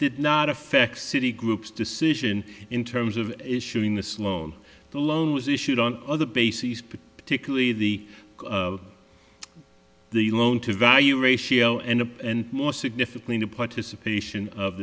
did not affect city groups decision in terms of issuing this loan the loan was issued on other bases particularly the the loan to value ratio and and more significantly the participation of